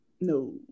No